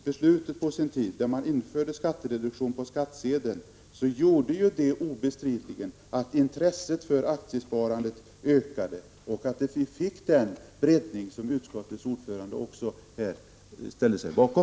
Beslutet om att införa en skattereduktion via skattsedeln innebar obestridligen att intresset för aktiesparande ökade och att vi fick den breddning som utskottets ordförande nu också ställde sig bakom.